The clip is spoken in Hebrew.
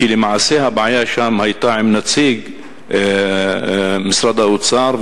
כי למעשה הבעיה שם היתה עם נציג משרד האוצר,